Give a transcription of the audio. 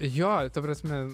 jo ta prasme